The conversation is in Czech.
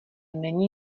není